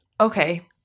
Okay